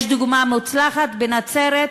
יש דוגמה מוצלחת בנצרת,